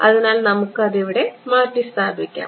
അതിനാൽ നമുക്ക് അതിവിടെ മാറ്റി റിസ്ഥാപിക്കാം